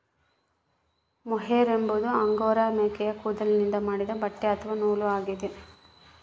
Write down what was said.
mohair ಎಂಬುದು Angora ಮೇಕೆಯ ಕೂದಲಿನಿಂದ ಮಾಡಿದ ಬಟ್ಟೆ ಅಥವಾ ನೂಲು ಆಗ್ಯದ